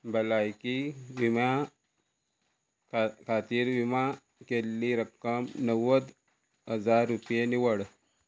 भलायकी विम्या खातीर विमा केल्ली रक्कम णव्वद हजार रुपये निवड